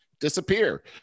disappear